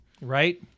Right